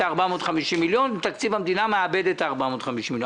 את ה-450 מיליון ואז תקציב המדינה מאבד את ה-450 מיליון.